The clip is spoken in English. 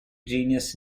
genus